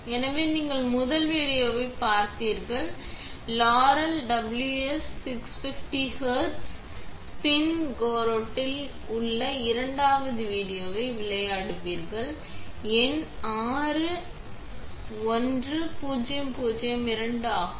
எனவே நீங்கள் முதல் வீடியோவை பார்த்துள்ளீர்கள் லாரல் WS 650 Hz ஸ்பின் கோரேட்டில் உள்ள இரண்டாவது வீடியோவை விளையாடுவீர்கள் எண் 61002 ஆகும்